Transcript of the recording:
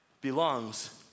belongs